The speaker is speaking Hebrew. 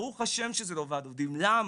ברוך ה' שזה לא ועד עובדים, למה?